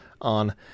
on